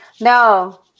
No